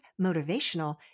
motivational